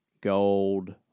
gold